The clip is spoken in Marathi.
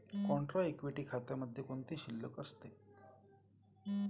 कॉन्ट्रा इक्विटी खात्यामध्ये कोणती शिल्लक असते?